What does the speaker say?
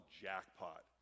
jackpot